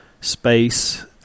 space